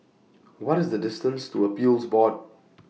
What IS The distance to Appeals Board